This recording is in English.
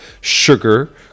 sugar